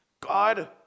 God